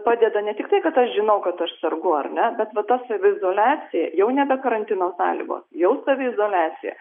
padeda ne tik tai kad aš žinau kad aš sergu ar ne bet va ta saviizoliacija jau nebe karantino sąlygos jau saviizoliacija